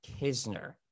Kisner